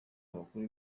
abakuru